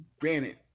granted